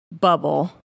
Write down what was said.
bubble